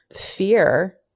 fear